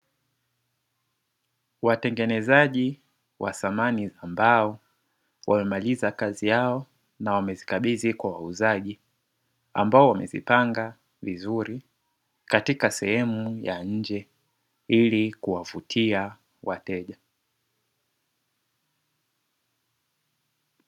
Watengenezaji wa samani za mbao wamemaliza kazi yao na wamezikabidhi kwa wauzaji, ambao wamezipanga kwa wauzaji katika sehemu ya nje ili kuwavutia wateja.